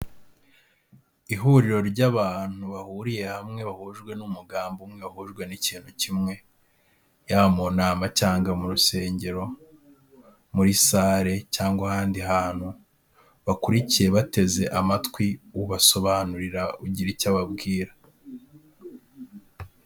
Ihuriro ry'abantu bahuriye hamwe bahujwe n'umugambi umwe, bahujwe n'ikintu kimwe, yaba mu nama cyangwa mu rusengero, muri salle cyangwa ahandi hantu bakurikiye bateze amatwi ubasobanurira ugira icyo ababwira.